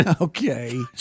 Okay